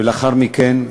ולאחר מכן,